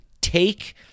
take